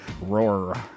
roar